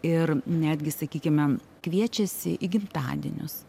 ir netgi sakykime kviečiasi į gimtadienius